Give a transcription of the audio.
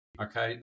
okay